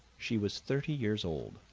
she was thirty years old,